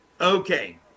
Okay